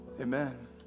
Amen